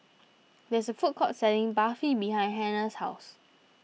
there is a food court selling Barfi behind Hannah's house